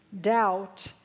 Doubt